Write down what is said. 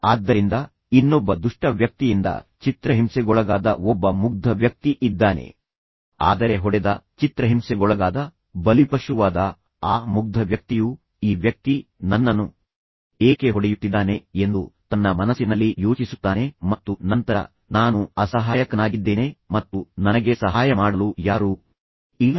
ಆದ್ದರಿಂದ ಇನ್ನೊಬ್ಬ ದುಷ್ಟ ವ್ಯಕ್ತಿಯಿಂದ ಚಿತ್ರಹಿಂಸೆಗೊಳಗಾದ ಒಬ್ಬ ಮುಗ್ಧ ವ್ಯಕ್ತಿ ಇದ್ದಾನೆ ಆದರೆ ಹೊಡೆದ ಚಿತ್ರಹಿಂಸೆಗೊಳಗಾದ ಬಲಿಪಶುವಾದ ಆ ಮುಗ್ಧ ವ್ಯಕ್ತಿಯು ಈ ವ್ಯಕ್ತಿ ನನ್ನನ್ನು ಏಕೆ ಹೊಡೆಯುತ್ತಿದ್ದಾನೆ ಎಂದು ತನ್ನ ಮನಸ್ಸಿನಲ್ಲಿ ಯೋಚಿಸುತ್ತಾನೆ ಮತ್ತು ನಂತರ ನಾನು ಅಸಹಾಯಕನಾಗಿದ್ದೇನೆ ಮತ್ತು ನನಗೆ ಸಹಾಯ ಮಾಡಲು ಯಾರೂ ಇಲ್ಲ